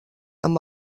amb